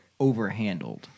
overhandled